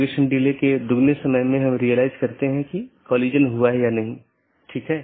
जैसा कि हमने पहले उल्लेख किया है कि विभिन्न प्रकार के BGP पैकेट हैं